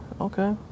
Okay